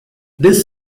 this